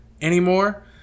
anymore